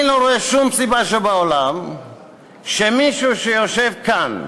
אני לא רואה שום סיבה שבעולם שמישהו שיושב כאן,